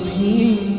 he